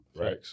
right